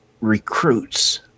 recruits